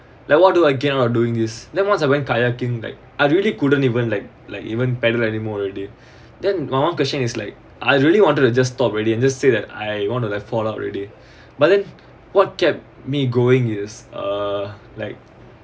like what do I get on doing is there once I went kayaking like I really couldn't even like like even pedal anymore already then one question is like I really wanted to just stop already and just say that I wanna like fallout already but then what kept me going is a like